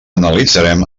analitzarem